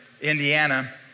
Indiana